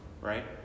Right